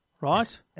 right